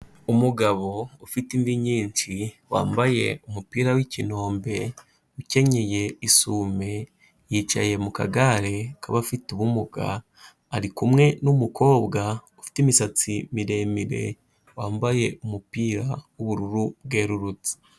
Umugabo ufite imvi nyinshi, wambaye umupira w'ikinombe, ukenyenye isume, yicaye mu kagare k'abafite ubumuga, arikumwe n'umukobwa ufite imisatsi miremire, wambaye umupira w'ubururu bwerururutse.